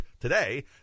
today